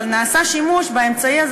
נעשה שימוש באמצעי הזה,